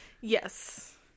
Yes